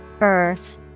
Earth